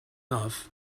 love